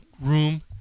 room